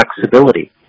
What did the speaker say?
flexibility